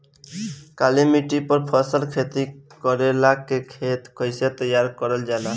काली मिट्टी पर फसल खेती करेला खेत के कइसे तैयार करल जाला?